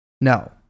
No